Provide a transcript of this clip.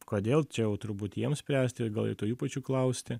kodėl čia jau turbūt jiem spręsti gal to jų pačių klausti